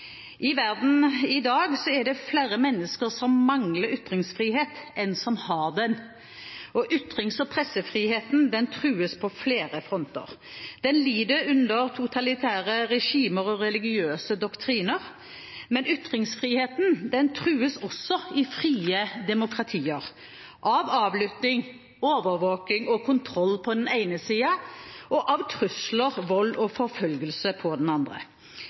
I verden i dag er det flere mennesker som mangler ytringsfrihet enn som har den, og ytrings- og pressefriheten trues på flere fronter. Den lider under totalitære regimer og religiøse doktriner. Men ytringsfriheten trues også i frie demokratier – av avlytting, overvåking og kontroll på den ene siden og av trusler, vold og forfølgelse på den andre.